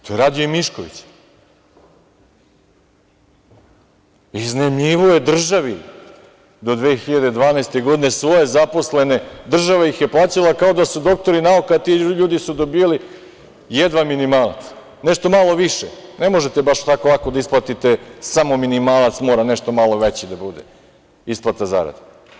To je radio i Mišković, iznajmljivao je državi do 2012. godine svoje zaposlene, država ih je plaćala kao da su doktori nauka, a ti ljudi su dobijali jedva minimalac, nešto malo više, ne možete baš tako lako da isplatite samo minimalac mora nešto malo veće da bude isplata zarada.